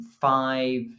five